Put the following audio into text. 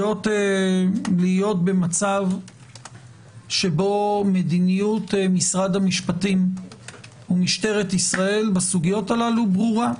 להיות במצב שבו מדיניות משרד המשפטים ומשטרת ישראל בסוגיות הללו ברורה,